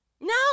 No